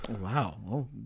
Wow